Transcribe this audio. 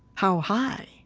how high?